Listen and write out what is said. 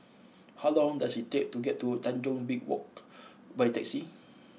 how long does it take to get to Tanjong B Walk by taxi